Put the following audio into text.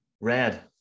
Red